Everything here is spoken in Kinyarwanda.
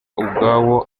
ubwawo